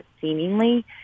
seemingly